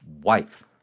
wife